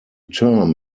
term